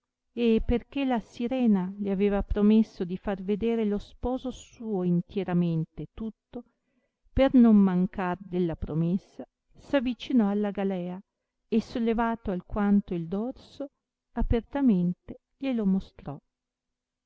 e per che la sirena le aveva promesso di far vedere lo sposo suo intieramente tutto per non mancar della promessa s avicinò alla galea e sollevato alquanto il dorso apertamente glielo mostrò